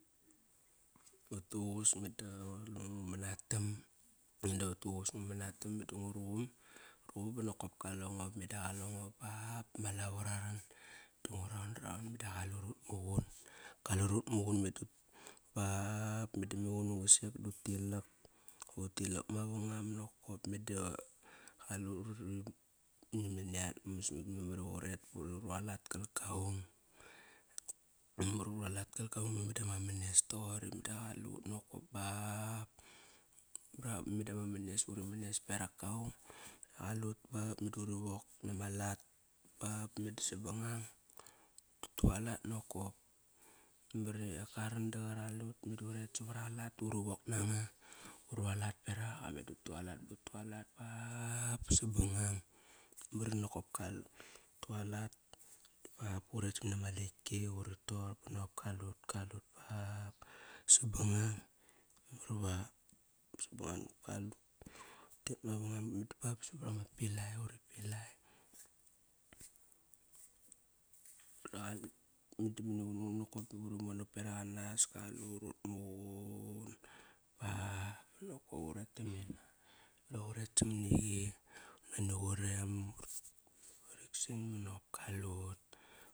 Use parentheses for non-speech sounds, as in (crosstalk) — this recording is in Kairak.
Vuduququs meda qari va ngu manatam (unintelligible) vatduququs ngu manatam duququ ngu ruqum. Nguruqum ba nokop kale ngo. Meda qalengo ba bama lavo raran. Da ngu raon raon mada qalut utmuqun Kalut ut muqun meda ba (unintelligible) ba mani qunung (unintelligible) dut tilak. Utilak mavangam nakop. Meda qalut uri nam nani atmas nakt memar iva uret bu rualat kal kaung, mamar iva uru alat kal kaung meda ma manes toqori da qalut nokop ba meda ma manes buri manes berak kaung, Qalut ba meda uri wok nama lat ba meda sabang. Utualat nakop. Memar i akaran da qaralut meda uret savar alat du ru wok nanga. Urualat beraq aqa. Meda utualat bu tualat ba ba sabangang uran nakop kalut, Utualat, ura uret samani ama letki uri tor ba nokop kalut, kalut ba ba sabang ang. Sabangang dop kaliut. Utet mavangam ba ba savar ama pilai uri pilai. Mada qalut mani qunung nokop mamar iva uri monak beraq anas Kalut utmuqun ba ban nokop uret tam mena, ura uret samani qi. Nani qurem bu riktsan nokop kalut ba.